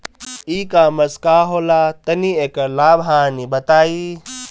ई कॉमर्स का होला तनि एकर लाभ हानि बताई?